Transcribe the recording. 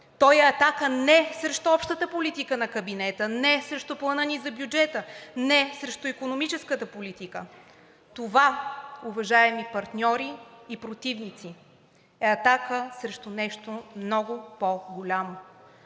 Той е атака не срещу общата политика на кабинета, не срещу плана ни за бюджета, не срещу икономическата политика! Това, уважаеми партньори и противници, е атака срещу нещо много по-голямо